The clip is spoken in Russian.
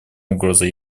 угрозой